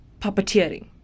puppeteering